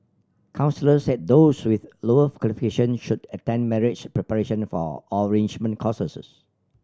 counsellors said those with lower qualifications should attend marriage preparation for or enrichment courses